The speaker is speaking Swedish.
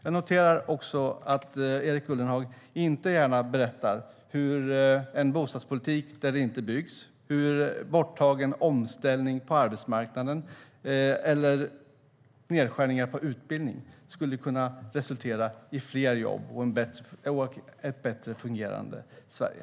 Jag noterar också att Erik Ullenhag inte gärna berättar hur en bostadspolitik där det inte byggs, en borttagen omställning på arbetsmarknaden och nedskärningar på utbildning skulle kunna resultera i fler jobb och ett bättre fungerande Sverige.